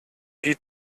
die